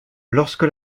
lorsque